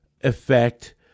effect